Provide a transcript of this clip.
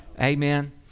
Amen